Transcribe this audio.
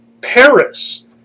Paris